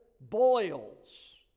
boils